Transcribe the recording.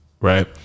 right